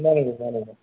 चालेल चालेल